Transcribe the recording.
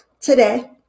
today